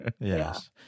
Yes